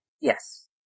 Yes